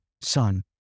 son